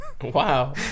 Wow